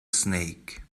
snake